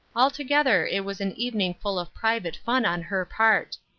altogether it was an evening full of private fun on her part.